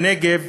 בנגב,